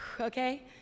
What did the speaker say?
Okay